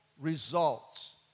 results